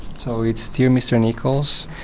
so it's dear mr nickolls,